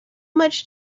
much